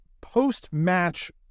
post-match